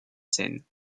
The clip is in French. scène